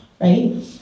right